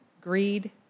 greed